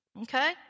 okay